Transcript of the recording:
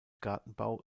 gartenbau